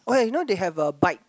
oh ya you know they have a bike